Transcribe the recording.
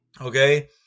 Okay